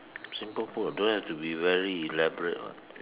simple food don't have to be very elaborate [what]